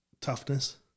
toughness